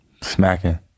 smacking